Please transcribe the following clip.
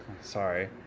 Sorry